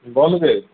বল রে